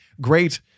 great